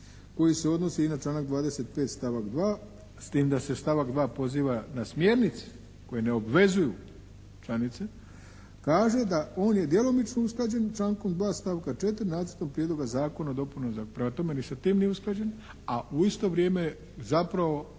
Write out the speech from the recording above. koji se odnosi i na članak 25. stavak 2., s tim da se stavak 2. poziva na smjernice koje ne obvezuju članice, kaže da on je djelomično usklađen člankom 2. stavka 4. Nacrta prijedloga zakona o dopunama Zakona. Prema tome ni sa tim nije usklađen, a u isto vrijeme zapravo